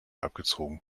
abgezogen